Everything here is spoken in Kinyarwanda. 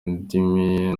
indimi